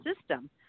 system